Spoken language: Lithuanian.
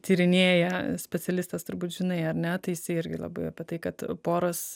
tyrinėja specialistas turbūt žinai ar ne tai jisai irgi labai apie tai kad poros